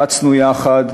רצנו יחד: